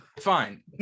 Fine